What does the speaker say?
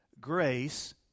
grace